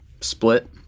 split